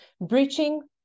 breaching